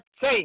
say